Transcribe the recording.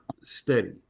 steady